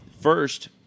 First